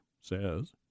says